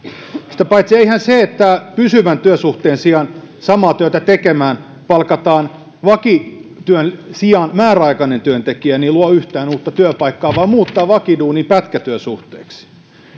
sitä paitsi eihän se että pysyvän työsuhteen sijaan samaa työtä tekemään palkataan vakityöntekijän sijaan määräaikainen työntekijä luo yhtään uutta työpaikkaa vaan muuttaa vakiduunin pätkätyösuhteeksi